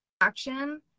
action